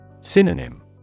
Synonym